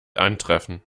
antreffen